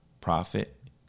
profit